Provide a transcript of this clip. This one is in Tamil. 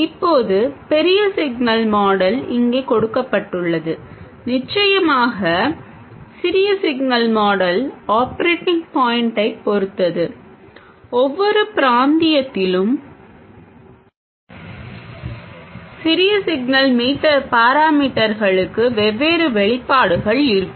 இப்போது பெரிய சிக்னல் மாடல் இங்கே கொடுக்கப்பட்டுள்ளது நிச்சயமாக சிறிய சிக்னல் மாடல் ஆப்ரேட்டிங் பாயின்ட்டைப் பொறுத்தது ஒவ்வொரு பிராந்தியத்திலும் சிறிய சிக்னல் பாராமீட்டர்களுக்கு வெவ்வேறு வெளிப்பாடுகள் இருக்கும்